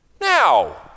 Now